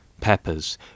Peppers